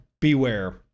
beware